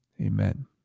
Amen